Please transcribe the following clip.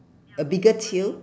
a bigger tail